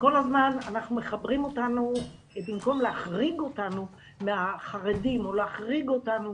שכל הזמן במקום להחריג אותנו מהחרדים או להחריג אותנו